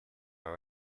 are